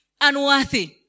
unworthy